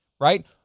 right